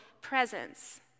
presence